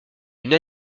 une